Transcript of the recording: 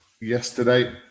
yesterday